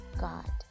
God